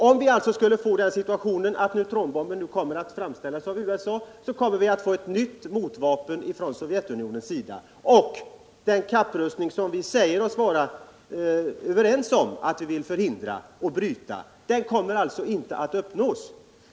Om situationen skulle bli den att neutronbomben framställs av USA kommer man att framställa ett nytt motvapen i Sovjetunionen. Det mål som vi säger oss vara överens om att vilja uppnå, att bryta kapprustningen, kommer vi alltså inte att uppnå.